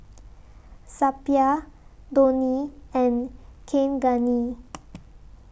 Suppiah Dhoni and Kaneganti